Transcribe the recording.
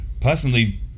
personally